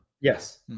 Yes